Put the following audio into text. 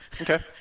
Okay